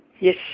Yes